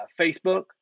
facebook